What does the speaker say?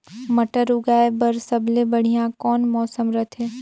मटर उगाय बर सबले बढ़िया कौन मौसम रथे?